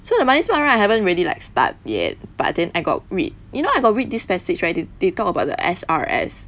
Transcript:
so the money smart [one] I haven't really like start yet but then I got read you know I got read this passage right they talk about the S_R_S